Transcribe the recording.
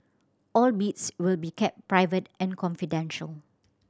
all bids will be kept private and confidential